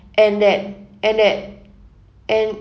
and that and that and